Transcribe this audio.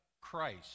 Christ